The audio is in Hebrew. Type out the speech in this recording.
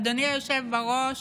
אדוני היושב בראש,